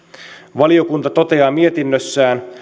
valiokunta toteaa mietinnössään